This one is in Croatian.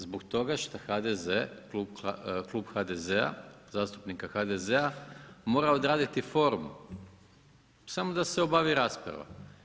Zbog toga što HDZ, klub HDZ-a, zastupnika HDZ-a mora odraditi formu, samo da se obavi rasprava.